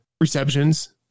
receptions